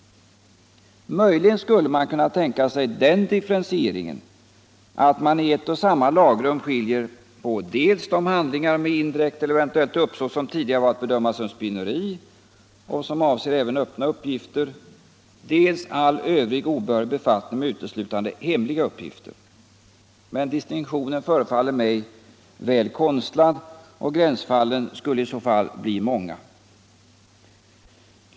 Möjligen skulle man kunna tänka sig den differentieringen att man i ett och samma lagrum skiljer på dels de handlingar med indirekt eller eventuellt uppsåt som tidigare varit att bedöma som spioneri och som avser även öppna uppgifter, dels all övrig obehörig befattning med uteslutande hemliga uppgifter. Men distinktionen förefaller mig väl konstlad, och gränsfallen skulle i så fall bli många.